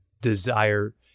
desire